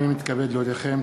הנני מתכבד להודיעכם,